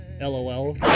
LOL